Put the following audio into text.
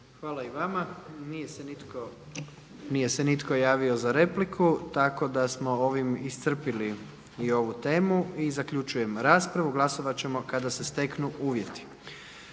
Hvala i vama. Nije se nitko javio za repliku tako da smo ovime iscrpili i ovu temu. I zaključujem raspravu. Glasovat ćemo kada se steknu uvjeti.